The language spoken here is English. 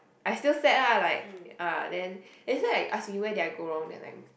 I still sad ah like uh then that's why I ask me where did I go wrong then I'm